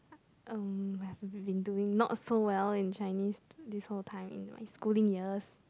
um I've been doing not so well in Chinese this whole time in my schooling years